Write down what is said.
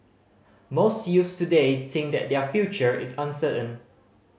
most youths today think that their future is uncertain